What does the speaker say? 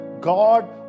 God